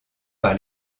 par